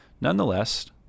Nonetheless